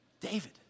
David